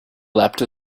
leapt